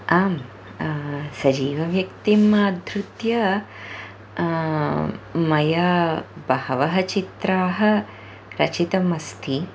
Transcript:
आम् सजीवव्यक्तिम् आधृत्य मया बहवः चित्राणि रचितम् अस्ति